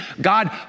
God